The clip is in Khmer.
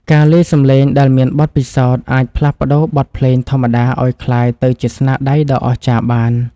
អ្នកលាយសំឡេងដែលមានបទពិសោធន៍អាចផ្លាស់ប្តូរបទភ្លេងធម្មតាឱ្យក្លាយទៅជាស្នាដៃដ៏អស្ចារ្យបាន។